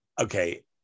okay